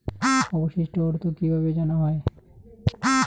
অবশিষ্ট অর্থ কিভাবে জানা হয়?